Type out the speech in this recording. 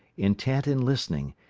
intent and listening,